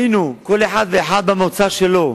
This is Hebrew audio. היינו כל אחד ואחד במוצא שלו,